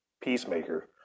peacemaker